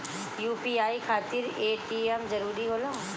UPI खातिर ATM जरूरी होला?